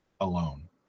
alone